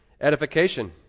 Edification